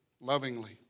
lovingly